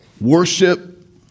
worship